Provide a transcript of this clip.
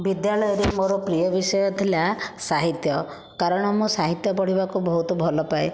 ବିଦ୍ୟାଳୟରେ ମୋର ପ୍ରିୟ ବିଷୟ ଥିଲା ସାହିତ୍ୟ କାରଣ ମୁଁ ସାହିତ୍ୟ ପଢ଼ିବାକୁ ବହୁତ ଭଲପାଏ